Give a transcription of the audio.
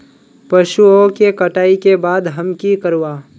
पशुओं के कटाई के बाद हम की करवा?